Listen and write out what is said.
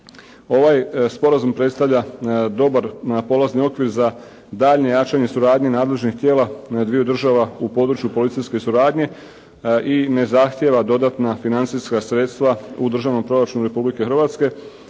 Ovaj sporazum predstavlja dobar polazni okvir za daljnje jačanje suradnje nadležnih tijela između dviju država u području policijske suradnje i ne zahtjeva dodatna financijska sredstva u državnom proračunu Republike Hrvatske.